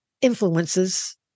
influences